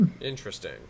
interesting